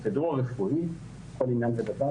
זו פרוצדורה רפואית לכל עניין ודבר,